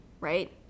right